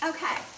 Okay